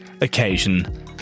occasion